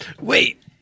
Wait